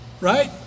Right